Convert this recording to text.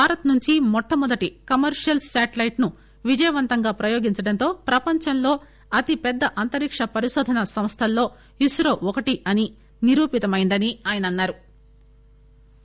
భారత్ నుంచి మొట్ట మొదటి కమర్షియల్ శాటిలైట్ ను విజయవంతంగా ప్రయోగించటంతో ప్రపంచంలో అతి పెద్ద అంతరిక్ష పరిశోధనా సంస్దల్లో ఇస్రో ఒకటి అని నిరూపితమైయిందని ఆయన అన్నారు